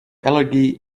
allergy